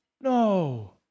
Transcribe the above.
No